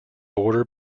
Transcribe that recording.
border